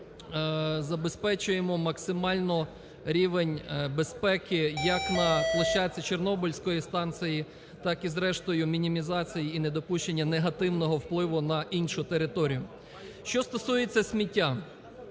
Що стосується сміття.